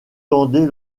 tendez